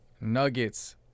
Nuggets